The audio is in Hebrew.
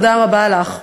תודה רבה לך.